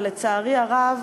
ולצערי הרב,